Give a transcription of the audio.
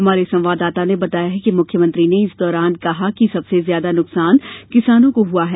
हमारे संवाददाता ने बताया है कि मुख्यमंत्री ने इस दौरान कहा कि सबसे ज्यादा नुकसान किसानों को हुआ है